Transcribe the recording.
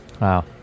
Wow